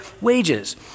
wages